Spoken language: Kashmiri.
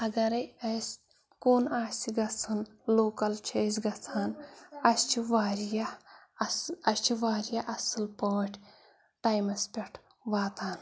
اَگَرَے اَسہِ کُن آسہِ گَژھُن لوکَل چھِ أسۍ گَژھان اَسہِ چھِ واریاہ اَص اَسہِ چھِ واریاہ اَصٕل پٲٹھۍ ٹایمَس پٮ۪ٹھ واتان